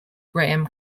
graham